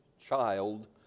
child